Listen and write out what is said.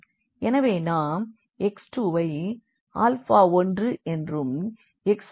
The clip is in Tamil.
எனவே நாம் x2 ஐ ஆல்ஃபா 1 என்றும் x5 ஐ ஆல்ஃபா 2 என்றும் எடுத்துக்கொள்வோம்